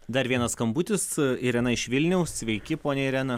dar vienas skambutis irena iš vilniaus sveiki ponia irena